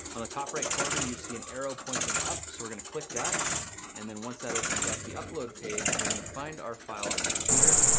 on the top right corner you see an arrow pointing up, so, we're going to click that and then once that opens up the upload page, we're going to find our file on computer,